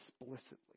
explicitly